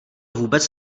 vůbec